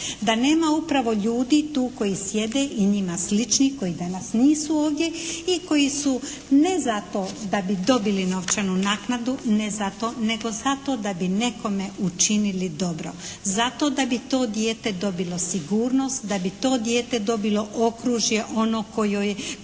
Da nema upravo ljudi tu koji sjede i njima sličnih koji danas nisu ovdje i koji su ne zato da bi dobili novčanu naknadu, ne zato, nego zato da bi nekome učinili dobro. Zato da bi to dijete dobilo sigurnost, da bi to dijete dobilo okružje ono koje joj